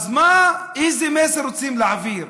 אז מה, איזה מסר רוצים להעביר?